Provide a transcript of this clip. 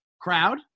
crowd